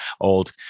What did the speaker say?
old